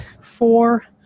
four